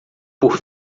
por